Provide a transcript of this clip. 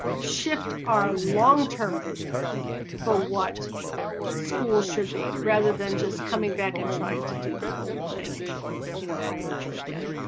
shift our long term vision for what schools should be rather than just coming back and trying to do the old thing you know all over again.